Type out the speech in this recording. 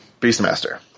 Beastmaster